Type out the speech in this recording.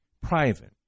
private